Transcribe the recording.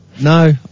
No